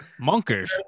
Monkers